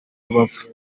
rubavu